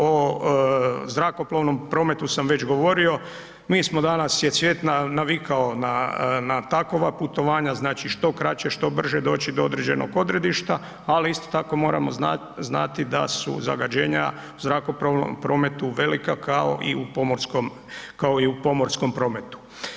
O zrakoplovnom prometu sam već govorio, mi smo danas je svijet navikao na takova putovanja, znači što kraće, što brže doći do određenog odredišta, ali isto tako moramo znati da su zagađenje u zrakoplovnom prometu velika kao i u pomorskom prometu.